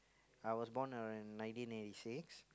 I was born uh in nineteen eighty six